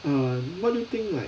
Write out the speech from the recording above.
um what do you think like